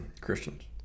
Christians